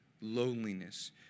loneliness